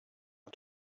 out